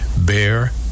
Bear